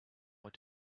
what